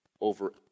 over